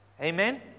Amen